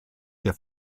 der